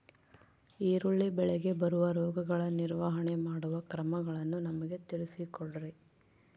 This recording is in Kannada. ಈರುಳ್ಳಿ ಬೆಳೆಗೆ ಬರುವ ರೋಗಗಳ ನಿರ್ವಹಣೆ ಮಾಡುವ ಕ್ರಮಗಳನ್ನು ನಮಗೆ ತಿಳಿಸಿ ಕೊಡ್ರಿ?